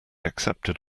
accepted